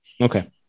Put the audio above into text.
Okay